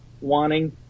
wanting